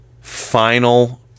final